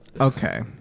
okay